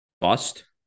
Bust